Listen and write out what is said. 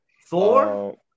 Four